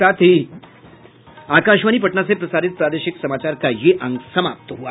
इसके साथ ही आकाशवाणी पटना से प्रसारित प्रादेशिक समाचार का ये अंक समाप्त हुआ